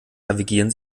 navigieren